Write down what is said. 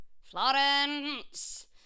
Florence